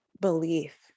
belief